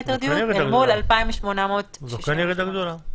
ליתר דיוק, אל מול 2,863. זו כן ירידה גדולה.